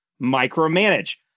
micromanage